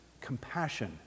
compassion